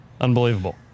Unbelievable